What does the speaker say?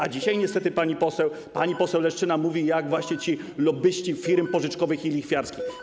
A dzisiaj niestety mówi pani poseł, pani poseł Leszczyna, jak właśnie ci lobbyści firm pożyczkowych i lichwiarskich.